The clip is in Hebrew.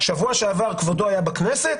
שבוע שעבר כבודו היה בכנסת?